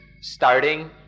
starting